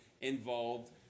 involved